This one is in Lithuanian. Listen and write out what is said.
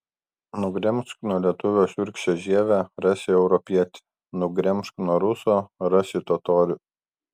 nugremžk nuo lietuvio šiurkščią žievę rasi europietį nugremžk nuo ruso rasi totorių